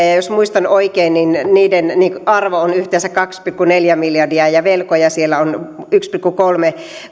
ja ja jos muistan oikein niin niiden arvo on yhteensä kaksi pilkku neljä miljardia ja velkoja siellä on yksi pilkku kolme